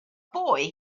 boy